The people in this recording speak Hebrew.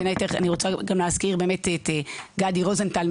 בין היתר אני רוצה להזכיר את גדי רוזנטל,